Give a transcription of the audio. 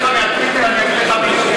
להקריא לך מהטוויטר,